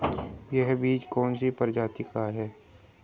यह बीज कौन सी प्रजाति का है?